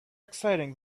exciting